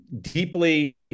deeply